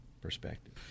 perspective